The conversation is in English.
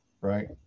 right